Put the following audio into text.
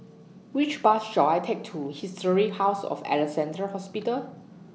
Which Bus should I Take to Historic House of Alexandra Hospital